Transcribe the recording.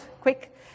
quick